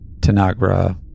Tanagra